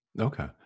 Okay